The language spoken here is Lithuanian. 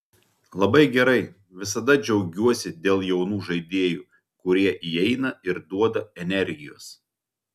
labai gerai visada džiaugiuosi dėl jaunų žaidėjų kurie įeina ir duoda energijos